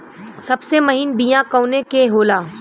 सबसे महीन बिया कवने के होला?